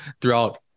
throughout